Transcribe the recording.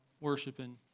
worshiping